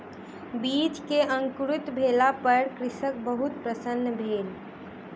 बीज के अंकुरित भेला पर कृषक बहुत प्रसन्न भेल